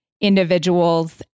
individuals